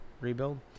rebuild